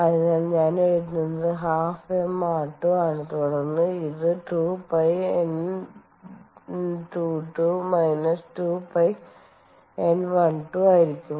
അതിനാൽ ഞാൻ എഴുതുന്നത് ½ M r2 ആണ് തുടർന്ന് ഇത് 2 π N22 2 π N12 ആയിരിക്കും